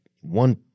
one